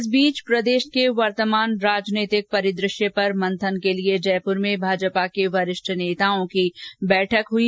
इस बीच प्रदेश के वर्तमान राजनीतिक परिदृश्य पर मंथन के लिए जयपुर में भाजपा के वरिष्ठ नेताओं की बैठक हुई